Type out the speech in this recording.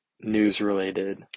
news-related